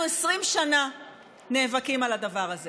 אנחנו 20 שנה נאבקים על הדבר הזה